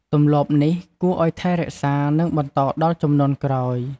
ទម្លាប់នេះគួរឱ្យថែរក្សា និងបន្តដល់ជំនាន់ក្រោយ។